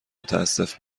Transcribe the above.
متاسف